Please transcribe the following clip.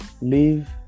leave